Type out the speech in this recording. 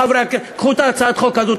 קחו את הצעת החוק הזאת,